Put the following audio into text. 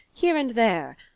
here and there.